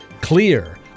Clear